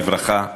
בברכה;